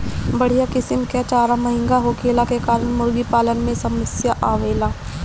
बढ़िया किसिम कअ चारा महंगा होखला के कारण मुर्गीपालन में समस्या आवेला